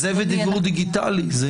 זה